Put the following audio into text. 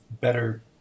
better